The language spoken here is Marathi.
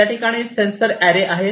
त्या ठिकाणी सेंसर अरे आहेत